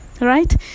Right